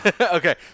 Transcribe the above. Okay